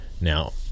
now